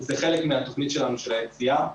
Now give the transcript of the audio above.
זה חלק מהתוכנית שלנו של היציאה,